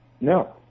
No